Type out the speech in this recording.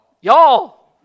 y'all